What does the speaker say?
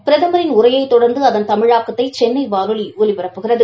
பிரதமின் உரையைத் தொடர்ந்து அதன் தமிழாக்கத்தை சென்னை வானொலி ஒலிபரப்புகிறது